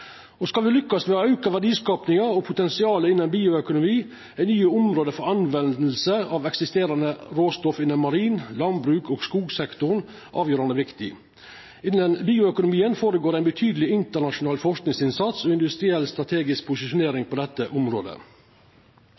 Skal me lukkast med å auka verdiskapinga og potensialet innan bioøkonomi, er nye område for bruk av eksisterande råstoff innan marin-, landbruks- og skogsektoren avgjerande viktig. Innan bioøkonomien går det føre seg ein betydeleg internasjonal forskingsinnsats og industriell strategisk posisjonering på dette området.